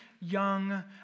young